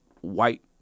white